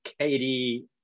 Katie